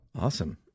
Awesome